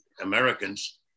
Americans